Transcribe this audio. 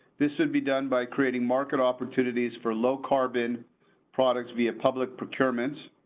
this should be done by creating market opportunities for low carbon products via public procurement.